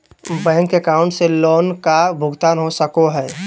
Bank account से loan का भुगतान हो सको हई?